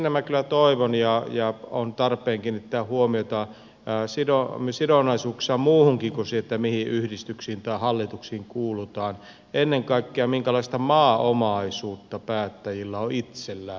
minä kyllä toivon että kiinnitetään huomiota ja on tarpeen kiinnittää huomiota sidonnaisuuksissa muuhunkin kuin siihen mihin yhdistyksiin tai hallituksiin kuulutaan ennen kaikkea siihen minkälaista maaomaisuutta päättäjillä on itsellään